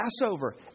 Passover